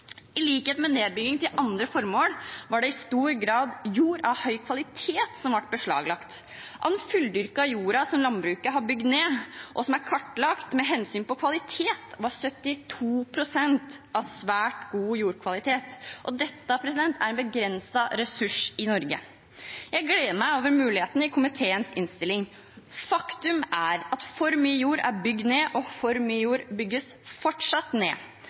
I likhet med nedbygging til andre formål var det i stor grad jord av høy kvalitet som ble beslaglagt. Av den fulldyrkede jorda som landbruket har bygd ned, og som er kartlagt med hensyn til kvalitet, var 72 pst. av svært god kvalitet. Dette er en begrenset ressurs i Norge. Jeg gleder meg over mulighetene i komiteens innstilling. Faktum er at for mye jord er bygd ned, og for mye jord bygges fortsatt ned.